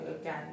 again